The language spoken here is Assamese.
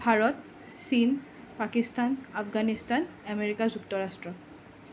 ভাৰত চীন পাকিস্তান আফগানিস্তান আমেৰিকা যুক্তৰাষ্ট্ৰ